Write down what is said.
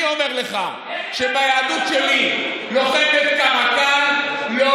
אני אומר לך שביהדות שלי לוחמת קרקל לא